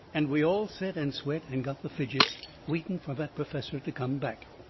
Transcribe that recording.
and we all set and sweat and got the fidgets waiting fur that perfessor to come back.